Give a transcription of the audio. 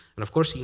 and of course,